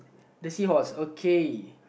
Lesi was okay